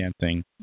dancing